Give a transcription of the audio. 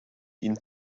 ihn